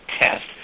test